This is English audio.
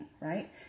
right